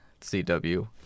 CW